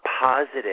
positive